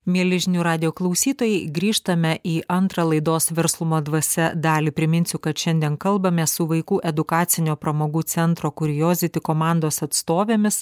mieli žinių radijo klausytojai grįžtame į antrą laidos verslumo dvasia dalį priminsiu kad šiandien kalbame su vaikų edukacinio pramogų centro kuijoziti komandos atstovėmis